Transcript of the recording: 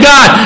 God